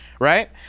right